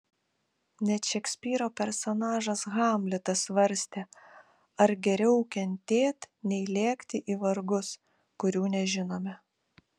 net šekspyro personažas hamletas svarstė ar geriau kentėt nei lėkti į vargus kurių nežinome